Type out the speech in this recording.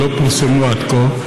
כי הן לא פורסמו עד כה.